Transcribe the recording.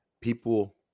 people